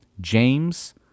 James